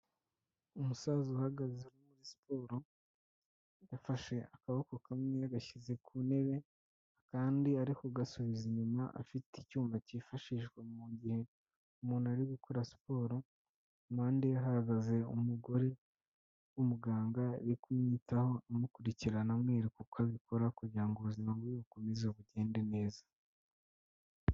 Umusaza uhagaze uri muri siporo, yafashe akaboko kamwe yagashyize ku ntebe, akandi ari kugasubiza inyuma, afite icyuma cyifashishwa mu gihe umuntu ari gukora siporo, impande ye hahagaze umugore w'umuganga uri kumwitaho amukurikirana amwereka uko abikora kugira ngo ubuzima bwe bukomeze bugende neza.